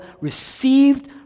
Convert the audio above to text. received